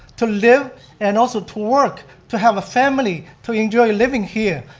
to live and also to work, to have a family, to enjoy living here,